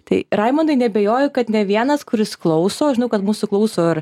tai raimundai neabejoju kad ne vienas kuris klauso žinau kad mūsų klauso